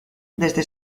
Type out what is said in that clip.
desde